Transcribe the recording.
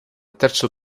terzo